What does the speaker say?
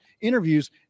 interviews